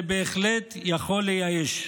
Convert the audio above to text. זה בהחלט יכול לייאש.